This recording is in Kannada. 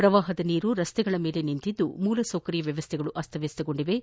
ಪ್ರವಾಹದ ನೀರು ರಸ್ತೆಗಳ ಮೇಲೆ ಹರಿಯುತ್ತಿದ್ದು ಮೂಲಸೌಕರ್ಯ ವ್ಯವಸ್ಥೆಗಳು ಅಸ್ತವಸ್ತಗೊಂಡಿವೆ